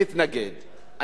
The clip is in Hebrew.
אני חושב שההתנגדות